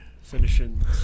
finishing